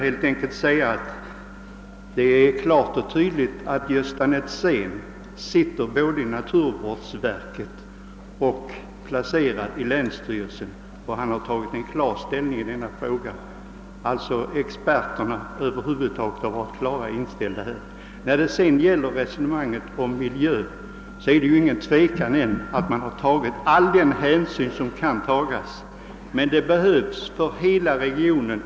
Dessutom vill jag nämna att landshövding Gösta Netzén sitter både i naturvårdsverket och i länsstyrelsen och att han har intagit en klar ståndpunkt i denna fråga. Alltså har många experter över huvud taget haft tillfälle att ta en klar inställning i frågan. Vad sedan beträffar miljön är det ingen tvekan om att man har tagit all den hänsyn som kan tas, men det behövs ett flygfält för hela regionen.